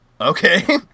Okay